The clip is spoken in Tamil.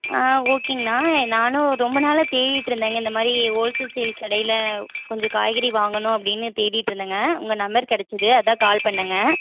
ஆ ஓகேங்கண்ணா நானும் ரொம்ப நாளாக தேடிகிட்ருந்தேங்க இந்தமாதிரி ஹோல்ஸு சேல் கடையில் கொஞ்சம் காய்கறி வாங்கணும் அப்படின்னு தேடிகிட்ருந்தேங்க உங்கள் நம்பர் கிடச்சுது அதுதான் கால் பண்ணிணேங்க